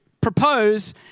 propose